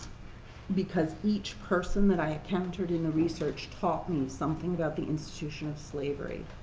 because each person that i encountered in the research taught me something about the institution of slavery.